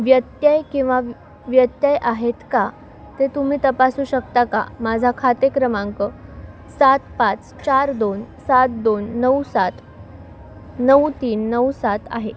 व्यत्यय किंवा व् व्यत्यय आहेत का ते तुम्ही तपासू शकता का माझा खाते क्रमांक सात पाच चार दोन सात दोन नऊ सात नऊ तीन नऊ सात आहे